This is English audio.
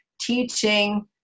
teaching